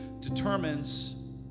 determines